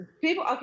People